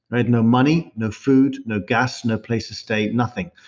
i had no money, no food, no gas, no place to stay, nothing.